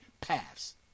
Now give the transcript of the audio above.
paths